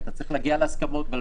כי צריך להגיע להסכמות.